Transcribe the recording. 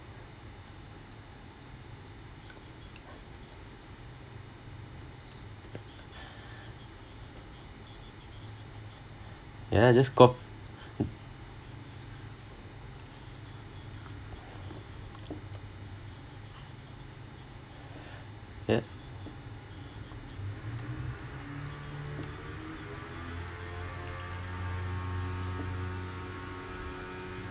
ya just cop~ ya